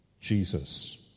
Jesus